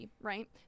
right